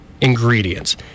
ingredients